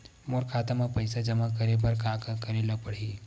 मोर खाता म पईसा जमा करे बर का का करे ल पड़हि?